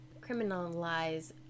criminalize